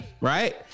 Right